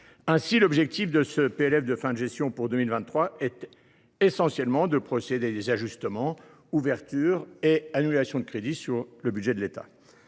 Ainsi, l’objectif de ce PLF de fin de gestion pour 2023 consiste essentiellement à procéder à des ajustements, ouvertures et annulations de crédits, sur le budget de l’État.